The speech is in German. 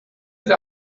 der